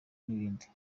n’ibindi